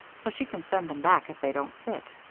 so she can send them back if they don't fit.